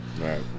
Right